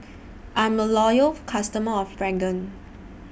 I'm A Loyal customer of Pregain